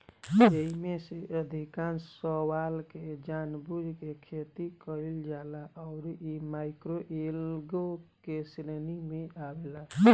एईमे से अधिकांश शैवाल के जानबूझ के खेती कईल जाला अउरी इ माइक्रोएल्गे के श्रेणी में आवेला